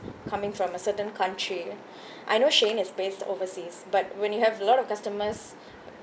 coming from a certain country I know Shein is based overseas but when you have lot of customers